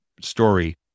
story